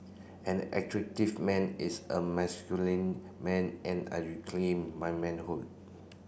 an attractive man is a masculine man and I reclaim my manhood